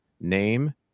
name